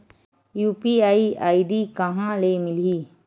UPI ID कहां ले मिलही?